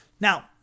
Now